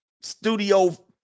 Studio